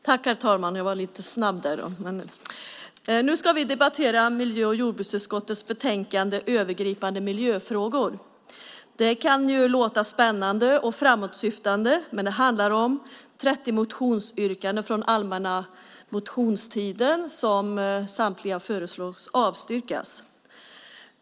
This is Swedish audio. Herr talman! Nu ska vi debattera miljö och jordbruksutskottets betänkande Övergripande miljöfrågor . Det kan låta spännande och framåtsyftande, men det handlar om 30 motionsyrkanden från den allmänna motionstiden som samtliga avstyrks.